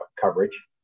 coverage